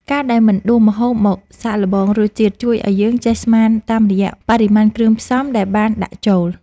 ការដែលមិនដួសម្ហូបមកសាកល្បងរសជាតិជួយឱ្យយើងចេះស្មានតាមរយៈបរិមាណគ្រឿងផ្សំដែលបានដាក់ចូល។